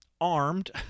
armed